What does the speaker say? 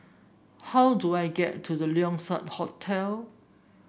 how do I get to The Keong Saik Hotel